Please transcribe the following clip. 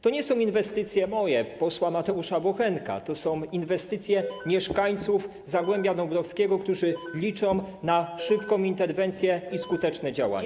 To nie są inwestycje moje, posła Mateusza Bochenka, to są inwestycje mieszkańców Zagłębia Dąbrowskiego, którzy liczą na szybką interwencję i skuteczne działanie.